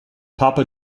papa